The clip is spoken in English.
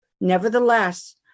Nevertheless